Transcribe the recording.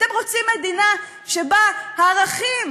אתם רוצים מדינה שבה הערכים